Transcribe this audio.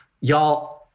y'all